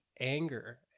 anger